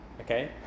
okay